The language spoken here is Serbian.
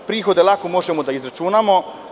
Prihode lako možemo da izračunamo.